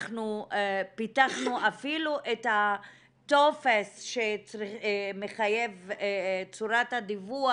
אנחנו פיתחנו אפילו את הטופס שמחייב צורת הדיווח,